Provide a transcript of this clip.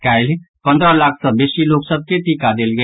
काल्हि पन्द्रह लाख सॅ बेसी लोक सभ के टीका देल गेल